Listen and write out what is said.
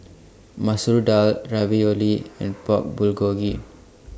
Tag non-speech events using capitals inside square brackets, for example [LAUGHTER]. Masoor Dal Ravioli and [NOISE] Pork Bulgogi